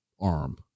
arm